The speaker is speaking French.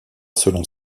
selon